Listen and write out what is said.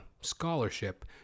scholarship